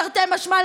תרתי משמע,